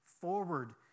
forward